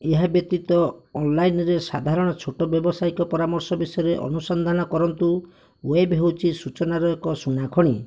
ଏହା ବ୍ୟତୀତ ଅନଲାଇନ୍ ରେ ସାଧାରଣ ଛୋଟ ବ୍ୟବସାୟିକ ପରାମର୍ଶ ବିଷୟରେ ଅନୁସନ୍ଧାନ କରନ୍ତୁ ୱେବ୍ ହେଉଛି ସୂଚନାର ଏକ ସୁନାଖଣି